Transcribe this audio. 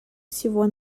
всего